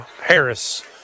Harris